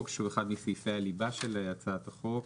שהוא אחד מסעיפי הליבה של הצעת החוק.